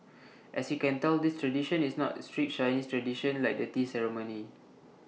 as you can tell this tradition is not A strict Chinese tradition like the tea ceremony